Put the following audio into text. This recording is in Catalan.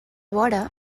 vora